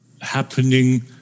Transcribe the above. happening